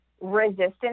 resistance